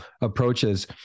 approaches